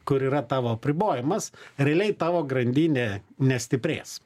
kur yra tavo apribojimas realiai tavo grandinė nestiprės